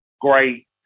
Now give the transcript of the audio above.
great